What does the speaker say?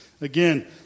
Again